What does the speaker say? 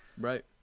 Right